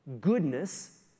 goodness